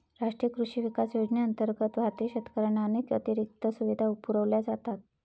राष्ट्रीय कृषी विकास योजनेअंतर्गत भारतीय शेतकऱ्यांना अनेक अतिरिक्त सुविधा पुरवल्या जातात